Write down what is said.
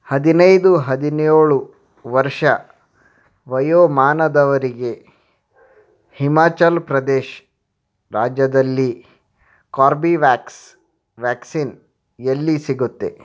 ಹದಿನೈದು ಹದಿನೇಳು ವರ್ಷ ವಯೋಮಾನದವರಿಗೆ ಹಿಮಾಚಲ್ ಪ್ರದೇಶ್ ರಾಜ್ಯದಲ್ಲಿ ಕಾರ್ಬಿವ್ಯಾಕ್ಸ್ ವ್ಯಾಕ್ಸಿನ್ ಎಲ್ಲಿ ಸಿಗುತ್ತೆ